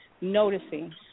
noticing